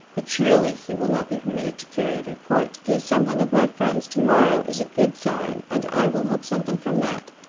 but surely he will not be permitted to carry every point. the assembling of my friends to-morrow is a good sign and i will hope something from that,